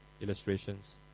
illustrations